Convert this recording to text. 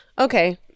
Okay